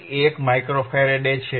1 micro faraday છે